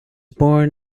born